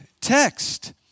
text